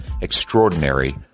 extraordinary